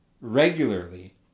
regularly